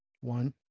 one